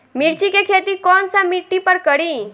मिर्ची के खेती कौन सा मिट्टी पर करी?